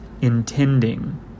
intending